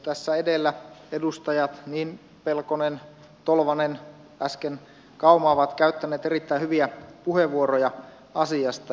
tässä edellä edustajat pelkonen tolvanen ja äsken kauma ovat käyttäneet erittäin hyviä puheenvuoroja asiasta